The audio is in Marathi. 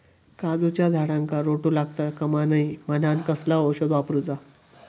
काजूच्या झाडांका रोटो लागता कमा नये म्हनान कसला औषध वापरूचा?